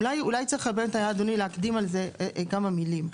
אולי באמת היה צריך להקדים על זה כמה מילים.